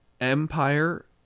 Empire